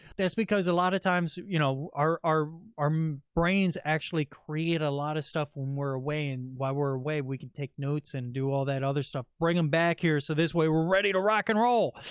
that's because a lot of times, you know, our our um brains actually create a lot of stuff when we're away and while we're away, we can take notes and do all that other stuff, bring them back here. so this way we're ready to rock and roll.